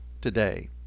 today